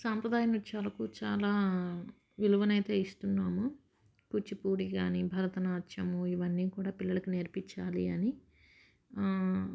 సాంప్రదాయ నృత్యాలకు చాలా విలువనైతే ఇస్తున్నాము కూచిపూడి కానీ భరతనాట్యము ఇవన్నీ కూడా పిల్లలకు నేర్పించాలి అని